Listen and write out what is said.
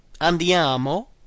Andiamo